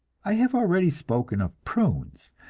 i have already spoken of prunes,